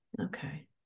Okay